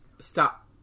stop